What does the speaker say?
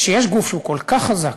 כשיש גוף שהוא כל כך חזק,